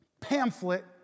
pamphlet